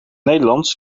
nederlands